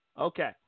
Okay